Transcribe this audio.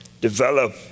develop